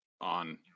on